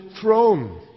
throne